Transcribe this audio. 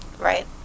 right